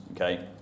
okay